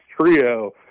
trio